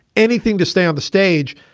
anything to stay on the stage.